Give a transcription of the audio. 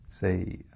say